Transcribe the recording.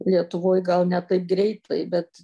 lietuvoj gal ne taip greitai bet